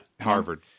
Harvard